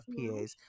FPAs